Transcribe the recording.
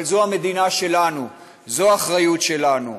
אבל זו המדינה שלנו, זו האחריות שלנו.